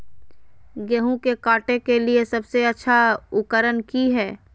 गेहूं के काटे के लिए सबसे अच्छा उकरन की है?